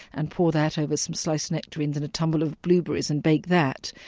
and pour that over some sliced nectarines and a tumble of blueberries, and bake that.